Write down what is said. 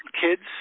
kids